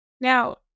Now